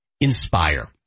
Inspire